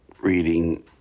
reading